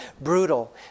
brutal